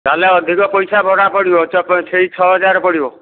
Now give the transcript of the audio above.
ତାହେଲେ ଅଧିକ ପଇସା ଭଡ଼ା ପଡ଼ିବ ସେଇ ଛଅ ହଜାର ପଡ଼ିବ